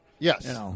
Yes